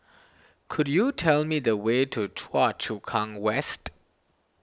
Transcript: could you tell me the way to Choa Chu Kang West